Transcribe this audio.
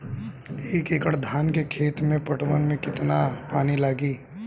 एक एकड़ धान के खेत के पटवन मे कितना पानी लागि?